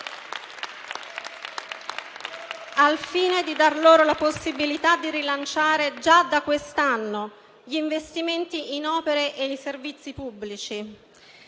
al fine di dare loro la possibilità di rilanciare, già da quest'anno, gli investimenti in opere e in servizi pubblici.